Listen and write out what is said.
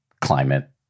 Climate